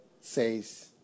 says